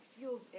feels